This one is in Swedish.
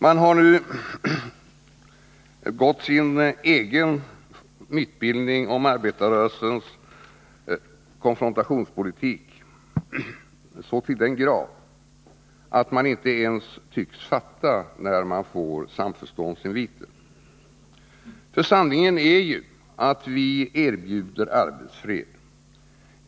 Man har nu gått på sin egen mytbildning om arbetarrörelsens konfrontationspolitik så till den grad, att man inte ens tycks fatta när man får samförståndsinviter. För sanningen är ju att vi erbjuder arbetsfred.